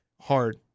hard